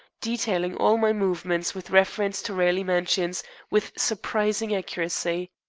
detailing all my movements with reference to raleigh mansions with surprising accuracy.